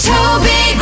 Toby